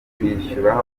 kwishyura